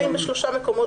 הם גרים בשלושה מקומות.